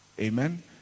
Amen